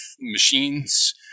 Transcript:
machines